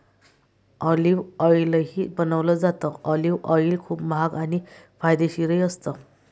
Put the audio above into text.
olive ऑईलही बनवलं जातं, ऑलिव्ह ऑईल खूप महाग आणि फायदेशीरही असतं